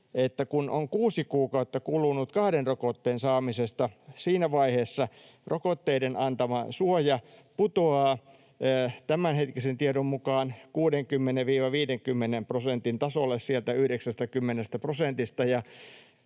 joilla on kuusi kuukautta kulunut kahden rokotteen saamisesta — siinä vaiheessa rokotteiden antama suoja putoaa tämänhetkisen tiedon mukaan 60—50 prosentin tasolle sieltä 90 prosentista.